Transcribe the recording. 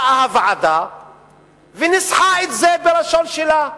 באה הוועדה וניסחה את זה בלשון שלה.